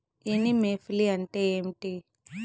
Anemophily అంటే ఏంటి?